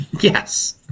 Yes